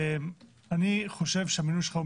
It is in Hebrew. אני חושב שהמינוי שלך,